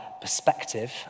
perspective